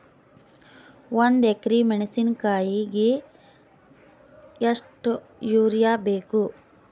ಒಂದ್ ಎಕರಿ ಮೆಣಸಿಕಾಯಿಗಿ ಎಷ್ಟ ಯೂರಿಯಬೇಕು?